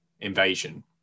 invasion